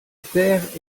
taire